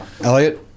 Elliot